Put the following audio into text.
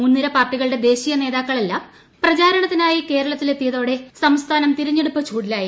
മുൻനിര പാർട്ടികളുടെ ദേശീയ നേതാക്കളെല്ലാം പ്രചാരണത്തിനായി കേരളത്തിൽ എത്തിയതോടെ സംസ്ഥാനം തിരഞ്ഞെടുപ്പ് ചൂടിലായി